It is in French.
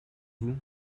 vous